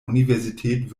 universität